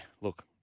look